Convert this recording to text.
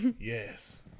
Yes